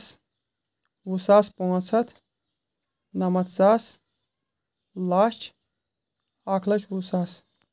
دہ ساس وُہ ساس پانٛژھ ہَتھ نَمَتھ ساس لچھ اَکھ لَچھ وُہ ساس